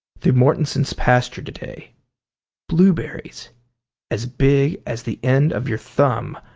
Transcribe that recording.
through mortenson's pasture to-day blueberries as big as the end of your thumb,